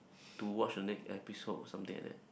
to watch on next episode something like that